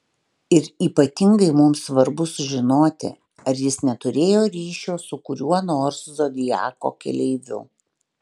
ir ypatingai mums svarbu sužinoti ar jis neturėjo ryšio su kuriuo nors zodiako keleiviu